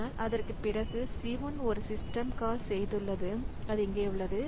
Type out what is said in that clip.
ஆனால் அதற்குப் பிறகு C1 ஒரு சிஸ்டம் கால் செய்துள்ளது அது இங்கே உள்ளது